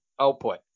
output